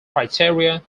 criteria